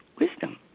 wisdom